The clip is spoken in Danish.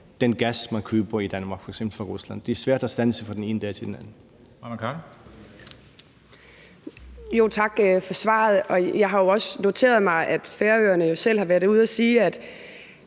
den gas, man køber i Danmark, som er sendt fra Rusland. Det er svært at standse fra den ene dag til den anden.